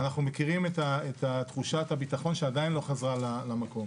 אנחנו מכירים את תחושת הביטחון שעדיין לא חזרה למקום.